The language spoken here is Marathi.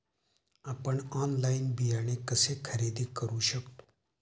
आपण ऑनलाइन बियाणे कसे खरेदी करू शकतो?